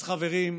אז חברים,